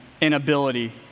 inability